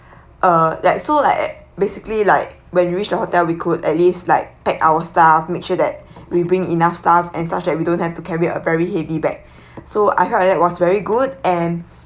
uh like so like basically like when we reached the hotel we could at least like packed our stuff make sure that we bring enough stuff and such that we don't have to carry a very heavy bag so I felt like that was very good and